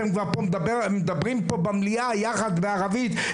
אתם כבר פה מדברים במליאה יחד בערבית.